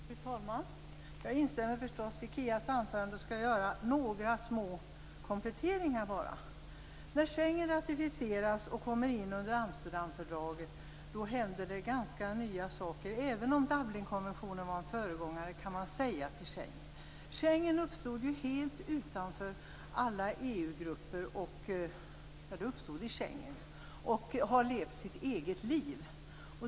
Fru talman! Jag instämmer förstås i Kias anförande. Jag skall bara göra några små kompletteringar. När Schengenavtalet ratificeras och kommer in under Amsterdamfördraget händer det ganska mycket nya saker, även om Dublinkonventionen kan sägas ha varit en föregångare till Schengen. Schengen uppstod ju helt utanför alla EU-grupper - ja, det uppstod i Schengen - och har levt sitt eget liv.